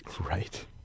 Right